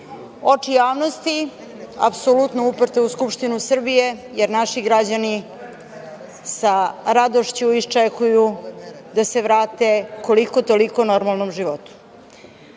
Oči javnosti apsolutno uprte u Skupštinu Srbije, jer naši građani sa radošću iščekuju da se vrate koliko-toliko normalnom životu. Na